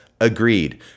Agreed